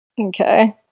Okay